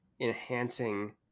enhancing